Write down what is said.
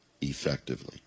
effectively